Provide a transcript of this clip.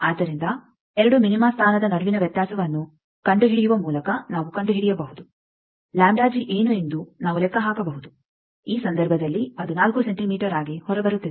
ಆದ್ದರಿಂದ 2 ಮಿನಿಮ ಸ್ಥಾನದ ನಡುವಿನ ವ್ಯತ್ಯಾಸವನ್ನು ಕಂಡುಹಿಡಿಯುವ ಮೂಲಕ ನಾವು ಕಂಡುಹಿಡಿಯಬಹುದು ಏನು ಎಂದು ನಾವು ಲೆಕ್ಕ ಹಾಕಬಹುದು ಈ ಸಂದರ್ಭದಲ್ಲಿ ಅದು 4 ಸೆಂಟಿಮೀಟರ್ ಆಗಿ ಹೊರಬರುತ್ತಿದೆ